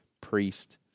priest